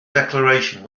declaration